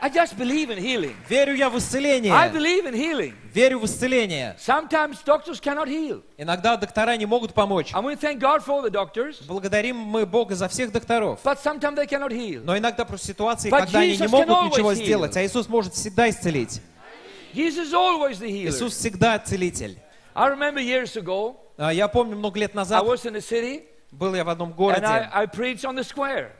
I just believe in healing. Верю я в исцеление. I believe in healing. Верю в исцеление. Sometimes doctors cannot heal. Иногда доктора не могут помочь. And we thank God for all the doctors. Благодарим мы Бога за всех докторов. But sometimes they cannot heal. Но иногда просто ситуации, But когда они не Jesus can могут ничего always heal. сделать, а Иисус может всегда исцелить. Jesus is always the healer. Иисус всегда целитель. I remember years ago, А, я помню, много лет I назад was in the city, был я в одном and городе. I- I preached on the square.